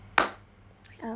ah